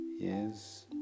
yes